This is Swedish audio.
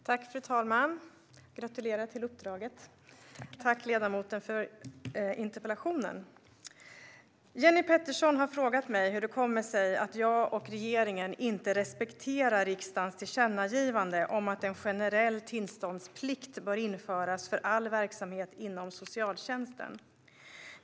Svar på interpellationer Fru talman - jag gratulerar till uppdraget! Tack, ledamoten, för interpellationen! Jenny Petersson har frågat mig hur det kommer sig att jag och regeringen inte respekterar riksdagens tillkännagivande om att en generell tillståndsplikt bör införas för all verksamhet inom socialtjänsten.